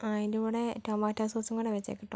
ആ അതിന്റെ കൂടെ ടൊമാറ്റോ സോസും കൂടെ വച്ചേക്ക് ട്ടോ